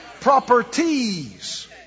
Properties